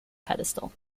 pedestal